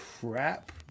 crap